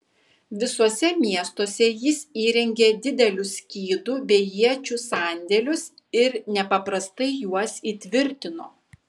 visuose miestuose jis įrengė didelius skydų bei iečių sandėlius ir nepaprastai juos įtvirtino